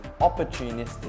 opportunistic